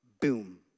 Boom